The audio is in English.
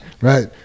right